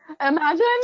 Imagine